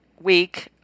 week